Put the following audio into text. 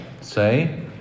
say